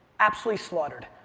absolutely slaughtered.